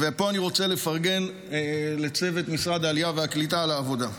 ופה אני רוצה לפרגן לצוות משרד העלייה והקליטה על העבודה.